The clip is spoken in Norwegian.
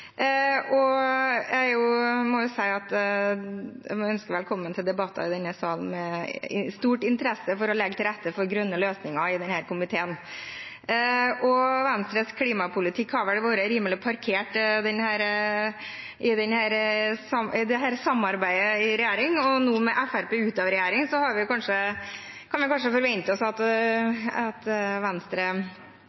og gratulere statsråd Rotevatn med nye og viktig oppgaver. Jeg vil ønske velkommen til debatter i denne salen. Det er stor interesse i denne komiteen for å legge til rette for grønne løsninger. Venstres klimapolitikk har vel vært rimelig parkert i samarbeidet i regjeringen, men nå, med Fremskrittspartiet ute av regjeringen, kan vi kanskje forvente oss at